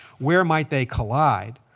where might they collide?